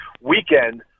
weekend